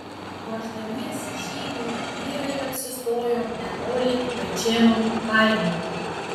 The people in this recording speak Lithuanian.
ruošdamiesi žygiui vyrai apsistojo netoli vaičėnų kaimo